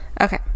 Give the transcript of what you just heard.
Okay